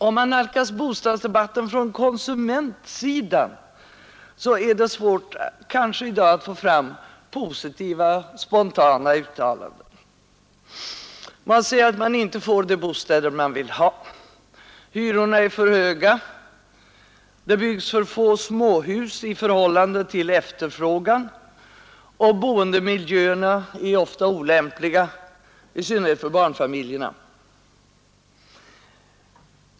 Om man nalkas bostadsdebatten från konsumentsidan är det kanske i dag svårt att få fram positiva spontana uttalanden. Konsumenterna säger att de inte får de bostäder de vill ha, att hyrorna är för höga, att det byggs för få småhus i förhållande till efterfrågan och att boendemiljöerna ofta är olämpliga, i synnerhet för barnfamiljerna.